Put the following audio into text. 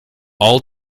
all